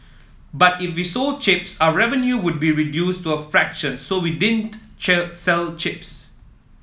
but if we sold chips are revenue would be reduced to a fraction so we didn't sell chips